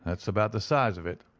that's about the size of it.